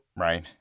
right